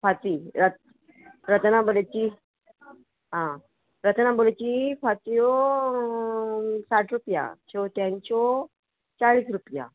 फाती रत रतनआबोलेची आ रतनआबोलेची फात्यो साठ रुपया शोत्यांच्यो चाळीस रुपया